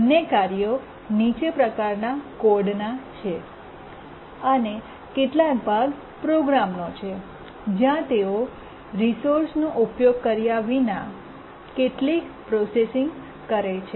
બંને કાર્યો નીચેના પ્રકારના કોડ ના છે અને કેટલાક ભાગ પ્રોગ્રામનો છે જ્યાં તેઓ રિસોર્સનો ઉપયોગ કર્યા વિના કેટલીક પ્રોસેસીંગ કરે છે